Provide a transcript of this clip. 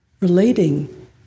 relating